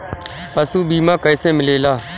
पशु बीमा कैसे मिलेला?